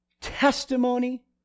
testimony